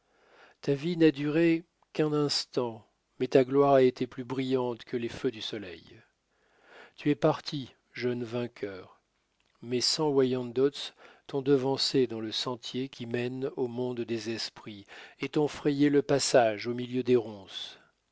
ta vie n'a duré qu'un instant mais ta gloire a été plus brillante que les feux du soleil tu es parti jeune vainqueur mais cent wyandots t'ont devancé dans le sentier qui mène au monde des esprits et t'ont frayé le passage au milieu des ronces